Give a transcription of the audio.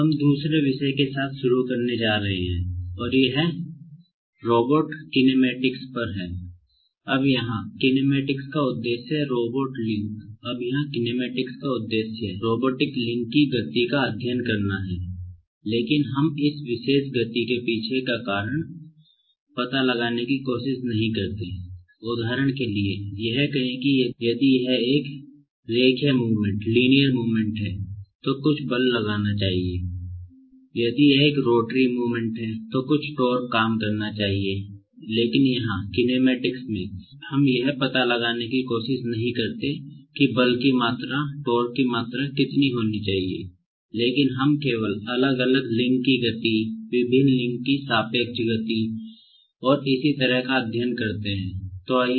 हम दूसरे विषय के साथ शुरू करने जा रहे हैं और यह रोबोट किनेमैटिक्स विश्लेषण को कैसे अंजाम दिया जाए